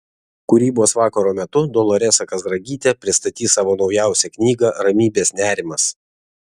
kūrybos vakaro metu doloresa kazragytė pristatys savo naujausią knygą ramybės nerimas